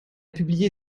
publié